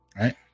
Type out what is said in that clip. Right